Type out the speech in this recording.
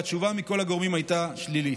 והתשובה מכל הגורמים הייתה שלילית.